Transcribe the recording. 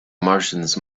martians